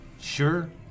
Sure